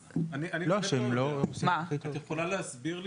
את יכולה להסביר לי?